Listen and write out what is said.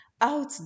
out